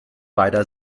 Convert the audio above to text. beider